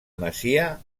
masia